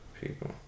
people